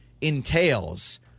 entails